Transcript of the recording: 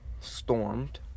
stormed